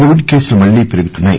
Covid కేసులు మళ్లీ పెరుగుతున్నాయి